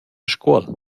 scuol